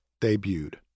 debuted